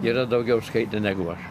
yra daugiau skaitę negu aš